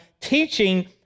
teaching